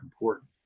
important